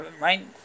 right